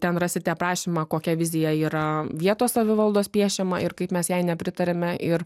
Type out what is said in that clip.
ten rasite aprašymą kokia vizija yra vietos savivaldos piešiama ir kaip mes jai nepritariame ir